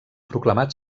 proclamat